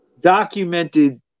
documented